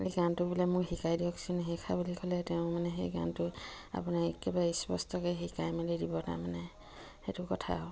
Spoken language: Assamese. এই গানটো বোলে মোৰ শিকাই দিয়কচোন সেইষাৰ বুলি ক'লে তেওঁ মানে সেই গানটো আপোনাৰ একেবাৰে স্পষ্টকৈশিকাই মেলি দিব তাৰমানে সেইটো কথা আৰু